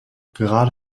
gerade